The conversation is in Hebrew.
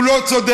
הוא לא צודק,